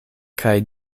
kaj